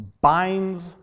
binds